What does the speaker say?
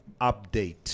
update